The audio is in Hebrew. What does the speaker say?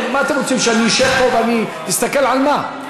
מה אתם רוצים, שאני אשב פה ואני אסתכל, על מה?